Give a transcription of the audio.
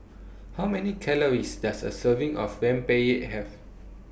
How Many Calories Does A Serving of Rempeyek Have